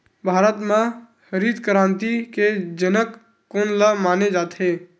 भारत मा हरित क्रांति के जनक कोन ला माने जाथे?